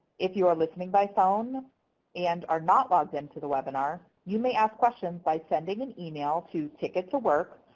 if you are listening by phone and are not logged in to the webinar, you may ask questions by sending an email to ticket to work.